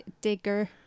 digger